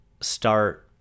start